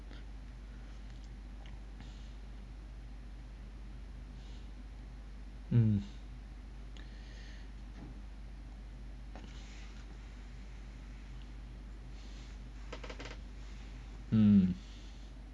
mmhmm